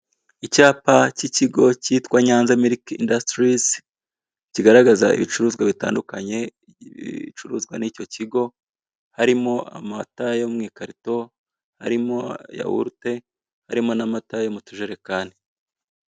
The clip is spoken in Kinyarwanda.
Icyapa k'ikigo kitwa Nyanza miriki indasiritizi, kigaragara ibicuruzwa bitandukanye bicuruzwa n'icyo kigo, harimo amata yo mu ikarito, harimo yawurute, harimo n'amata yo mu tujerekani.